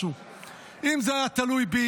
פקודת מס הכנסה (פטור ממס על תגמול מילואים